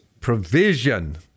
provision